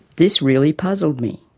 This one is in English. this really puzzled me.